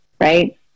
right